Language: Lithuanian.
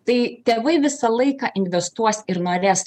tai tėvai visą laiką investuos ir norės